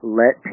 let